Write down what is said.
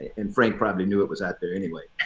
and frank probably knew it was out there anyway.